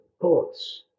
thoughts